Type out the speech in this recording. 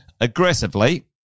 aggressively